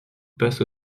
passe